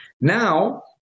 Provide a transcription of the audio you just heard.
Now